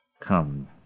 come